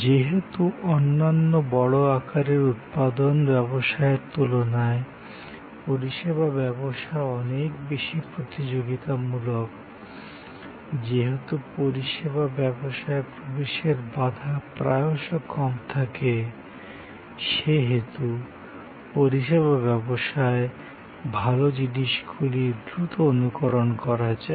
যেহেতু অন্যান্য বড় আকারের উৎপাদন ব্যবসায়ের তুলনায় পরিষেবা ব্যবসা অনেক বেশি প্রতিযোগিতামূলক যেহেতু পরিষেবা ব্যবসায় প্রবেশের বাধা প্রায়শঃ কম থাকে সেহেতু পরিষেবা ব্যবসায় ভাল জিনিসগুলি দ্রুত অনুকরণ করা যায়